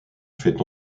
fait